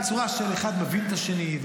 בצורה של אחד מבין את השני,